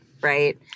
Right